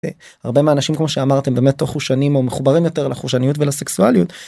הרבה מהאנשים כמו שאמרת הם באמת או חושניים או מחוברים יותר לחושניות ולסקסואליות.